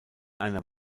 einer